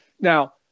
Now